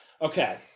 Okay